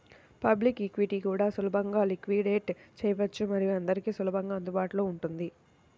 public ఈక్విటీని కూడా సులభంగా లిక్విడేట్ చేయవచ్చు మరియు అందరికీ సులభంగా అందుబాటులో ఉంటుంది